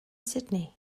sydney